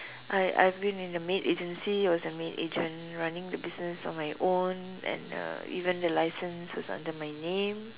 I I've been in the maid agency I was a maid agent running the business on my own and uh even the license was under my name